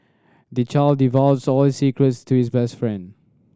the child divulged all his secrets to his best friend